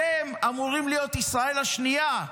אתם אמורים להיות ישראל השנייה.